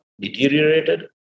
deteriorated